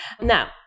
Now